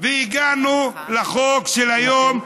והגענו לחוק של היום,